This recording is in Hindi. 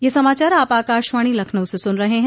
ब्रे क यह समाचार आप आकाशवाणी लखनऊ से सुन रहे हैं